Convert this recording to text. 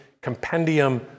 compendium